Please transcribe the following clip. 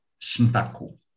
Shintaku